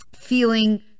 feeling